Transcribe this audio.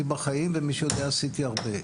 בחיים ומי שמכיר אותי יודע שעשיתי הרבה,